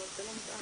אבל זה לא מותאם.